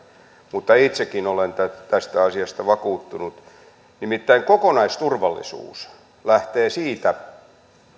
mutta itsekin olen tästä asiasta vakuuttunut nimittäin kokonaisturvallisuus lähtee siitä